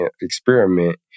experiment